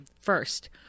First